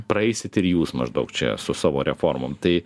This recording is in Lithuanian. praeisit ir jūs maždaug čia su savo reformom tai